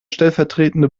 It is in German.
stellvertretende